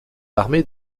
armées